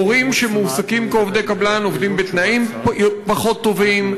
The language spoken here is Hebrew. מורים שמועסקים כעובדי קבלן עובדים בתנאים פחות טובים,